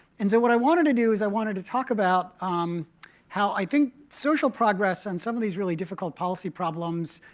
and so what i wanted to do is i wanted to talk about um how i think social progress, and some of these really difficult policy problems,